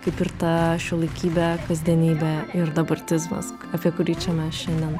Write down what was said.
kaip ir ta šiuolaikybė kasdienybė ir dabartizmas apie kurį čia mes šiandien